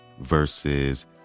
versus